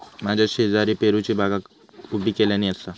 माझ्या शेजारी पेरूची बागा उभी केल्यानी आसा